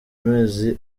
amezi